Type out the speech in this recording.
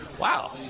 Wow